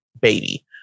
baby